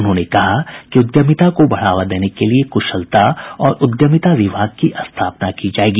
उन्होंने कहा कि उद्यमिता को बढ़ावा देने के लिये कुशलता और उद्यमिता विभाग की स्थापना की जायेगी